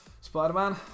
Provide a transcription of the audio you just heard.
Spider-Man